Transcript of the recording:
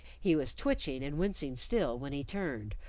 he was twitching and wincing still when he turned,